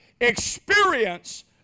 experience